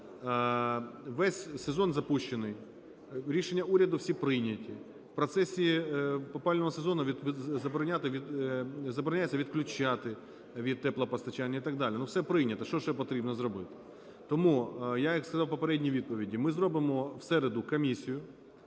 Весь сезон запущений, рішення уряду всі прийняті. В процесі опалювального сезону забороняється відключати від теплопостачання і так далі. Воно все прийнято. Що ще треба зробити? Тому я, як сказав у попередній відповіді: ми зробимо у середу комісію,